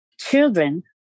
children